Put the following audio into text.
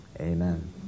Amen